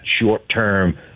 short-term